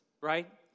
right